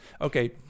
okay